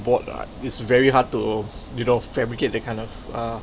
bought what it's very hard to you know fabricate that kind of uh